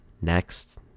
next